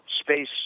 space